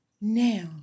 now